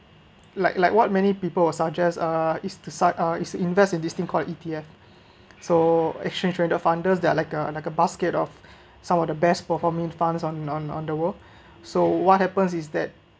like like what many people will suggest uh is to sig~ uh is invest in this thing called E_T_F so exchange traded funded they’re like a like a basket of some of the best performing funds on on on the world so what happens is that